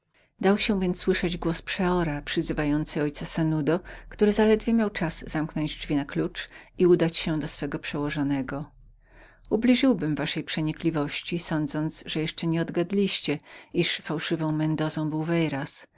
dał się więc słyszeć głos przeora przyzywający ojca sanudo który zaledwie miał czas zamknąć drzwi na klucz i udać się do swego przełożonego ubliżyłbym waszej przenikliwości sądząc że jeszcze nie odgadliście iż fałszywą mendozą był